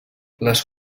les